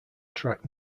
track